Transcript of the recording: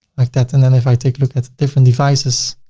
like that, and then if i take a look at the different devices